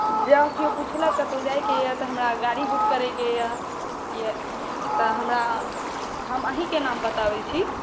जॅं केओ पुछलक कतौ जायके ये तऽ हमरा गाड़ी बुक करयके ये तऽ हमरा हम अहीँके नाम बताबै छी